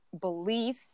belief